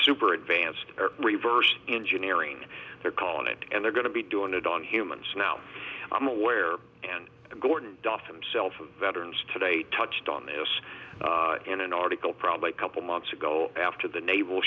super advanced reverse engineering they're calling it and they're going to be doing it on humans now i'm aware and gordon duff himself of veterans today touched on this in an article probably a couple months ago after the naval